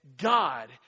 God